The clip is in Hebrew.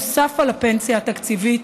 נוסף על הפנסיה התקציבית,